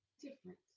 different